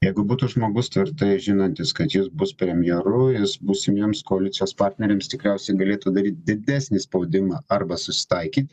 jeigu būtų žmogus tvirtai žinantis kad jis bus premjeru jis būsimiems koalicijos partneriams tikriausiai galėtų daryt didesnį spaudimą arba susitaikyt